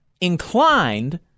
inclined